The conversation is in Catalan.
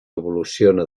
evoluciona